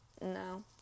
No